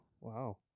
Wow